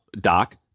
doc